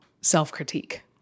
self-critique